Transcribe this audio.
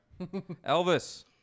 Elvis